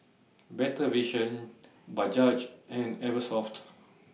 Better Vision Bajaj and Eversoft